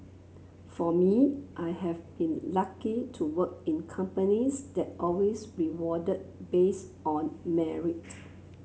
for me I have been lucky to work in companies that always rewarded based on merit